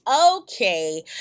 okay